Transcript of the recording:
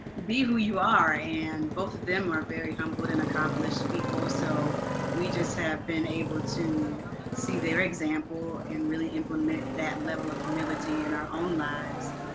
be who you are and both of them are very humbled and accomplished people. so we just have been able to see their example and really implement that level of humility in our own lives.